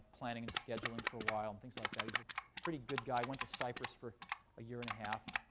planning, and scheduling for a while, and things like that. he's a pretty good guy, went to cyprus for a year and a half,